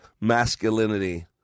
masculinity